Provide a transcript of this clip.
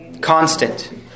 constant